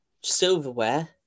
silverware